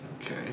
okay